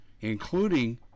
including